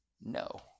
No